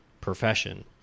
profession